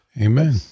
Amen